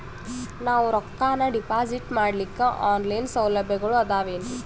ನಾವು ರೊಕ್ಕನಾ ಡಿಪಾಜಿಟ್ ಮಾಡ್ಲಿಕ್ಕ ಆನ್ ಲೈನ್ ಸೌಲಭ್ಯಗಳು ಆದಾವೇನ್ರಿ?